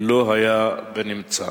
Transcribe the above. לא היה בנמצא.